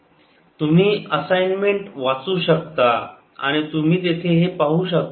VT mgk kC 0Mb aa4 तुम्ही assignment वाचू शकता आणि तुम्ही तेथे हे पाहू शकता